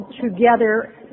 Together